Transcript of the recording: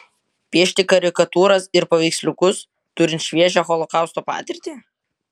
piešti karikatūras ir paveiksliukus turint šviežią holokausto patirtį